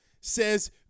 says